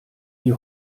die